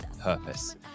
purpose